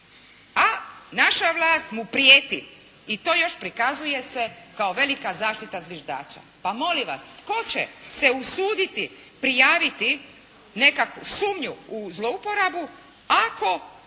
A naša vlast mu prijeti i to još prikazuje se kao velika zaštita zviždača. Pa molim vas tko će se usuditi prijaviti nekakvu sumnju u zlouporabu ako